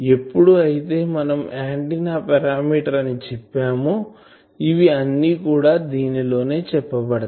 ఎప్పుడు అయితే మనం ఆంటిన్నా పారామీటర్ అని చెప్పామో ఇవి అన్ని కూడా దీనిలోనే చెప్పబడతాయి